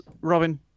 Robin